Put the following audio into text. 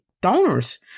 donors